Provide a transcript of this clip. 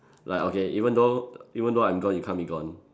like okay even though even though I'm gone you can't be gone